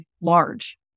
large